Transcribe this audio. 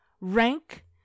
rank